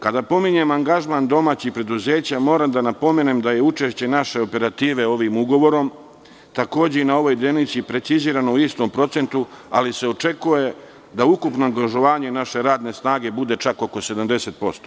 Kada pominjem angažman domaćih preduzeća, moram da napomenem da je učešće naše operative ovim ugovorom takođe i na ovoj deonici precizirano u istom procentu, ali se očekuje da ukupno angažovanje naše radne snage bude čak oko 70%